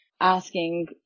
asking